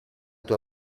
tua